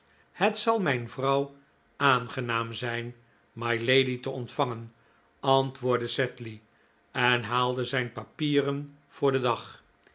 het zal mijn vrouw aangenaam zijn mylady te ontvangen antwoordde sedley en haalde zijn papieren voor den dag